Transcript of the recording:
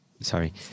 Sorry